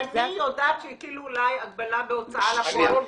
אני יודעת שהטילו עליי הגבלה בהוצאה לפועל.